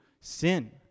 sin